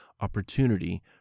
opportunity